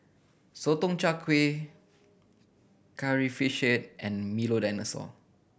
Sotong Char Kway Curry Fish Head and Milo Dinosaur